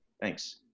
Thanks